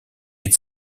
its